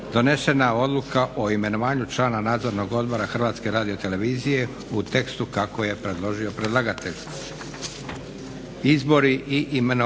donesena odluka o imenovanju člana Nadzornog odbora HRT-a, u tekstu kako je predložio predlagatelj.